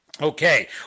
Okay